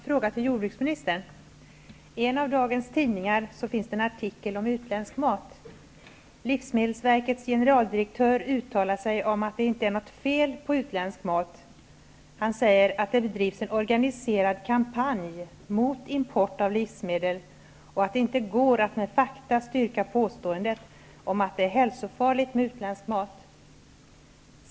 Fru talman! Jag har en fråga till jordbruksministern. I en av dagens tidningar finns det en artikel om utländsk mat. Livsmedelsverkets generaldirektör uttalar att det inte är något fel på utländsk mat. Han säger att det drivs en organiserad kampanj mot import av livsmedel, och att det inte går att med fakta styrka påståendet om att det är hälsofarligt med utländsk mat.